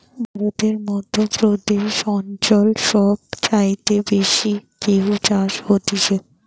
ভারতের মধ্য প্রদেশ অঞ্চল সব চাইতে বেশি গেহু চাষ হতিছে